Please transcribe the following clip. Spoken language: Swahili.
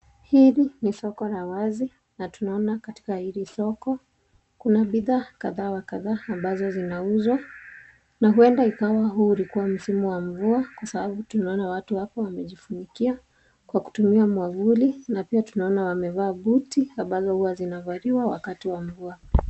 Hili ni soko la wazi. Na tunaona katika hili soko, kuna bidhaa kadha wa kadha ambazo zinauzwa. Na huenda ikawa huu ulikuwa msimu wa mvua kwa sababu tunaona watu hapa wamejifunikia kwa kutumia mwavuli na pia tunaona wamevaa buti ambazo huwa zinavaliwa wakati wa mvua.